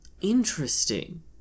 Interesting